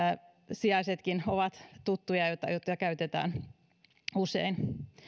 sijaisetkin ovat tuttuja joita joita käytetään usein